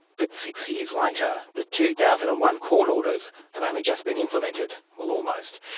but six years later the two thousand and one court orders have only just been implemented, well almost.